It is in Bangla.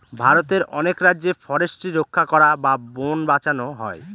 ভারতের অনেক রাজ্যে ফরেস্ট্রি রক্ষা করা বা বোন বাঁচানো হয়